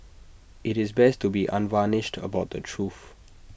IT is best to be unvarnished about the truth